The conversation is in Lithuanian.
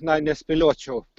na nespėliočiau